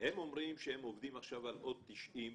הם אומרים שהם עובדים עכשיו על עוד 90 כיתות,